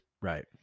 Right